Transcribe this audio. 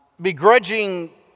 begrudging